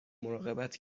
مراقبت